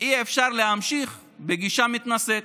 אי-אפשר להמשיך בגישה מתנשאת,